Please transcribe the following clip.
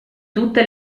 tutte